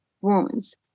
wounds